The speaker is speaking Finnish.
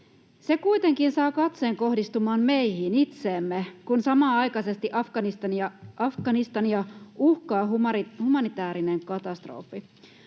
Se kuitenkin saa katseen kohdistumaan meihin itseemme, kun samanaikaisesti Afganistania uhkaa humanitäärinen katastrofi.